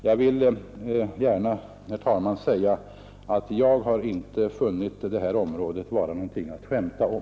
Jag vill gärna säga, herr talman, att jag inte har funnit att det här området är något att skämta om.